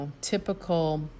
typical